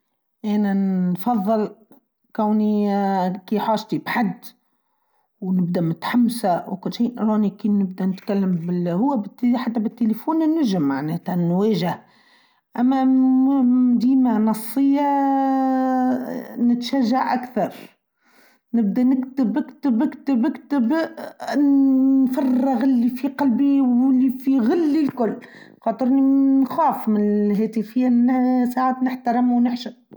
أنا نفظل كوني كحاجتي بحد و نبدأ متحمسه و كل شئ أراني كي نبدأ نتكلم بال هو بال حتى بالتليفون نجم معناتا نواجه أنا نديمه نصيه ااااا نتشجع أكثر نبدأ نكتب نكتب نكتب ننننفرررغ إلي في قلبي و إلي في غلي الكل خاطرني نخاف من الهاتفيا ساعات نحترم و نحشم.